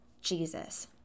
Jesus